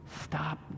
stop